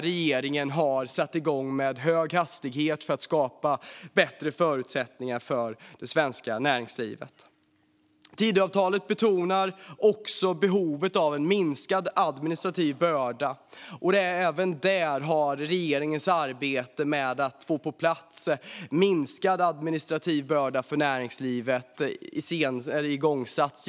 Regeringen har med hög hastighet satt i gång med att skapa bättre förutsättningar för det svenska näringslivet. Tidöavtalet betonar också behovet av en minskad administrativ börda, och även där har regeringens arbete med att få på plats en regelförenkling initierats.